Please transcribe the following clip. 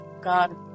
god